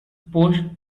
post